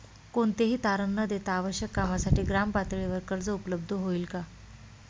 कोणतेही तारण न देता आवश्यक कामासाठी ग्रामपातळीवर कर्ज उपलब्ध होईल का?